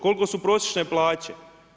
Koliko su prosječne plaće?